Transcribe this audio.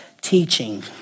teaching